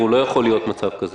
לא יכול להיות מצב כזה.